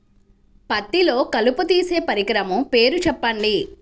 పత్తిలో కలుపు తీసే పరికరము పేరు చెప్పండి